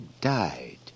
died